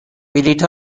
بلیط